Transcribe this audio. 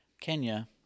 Kenya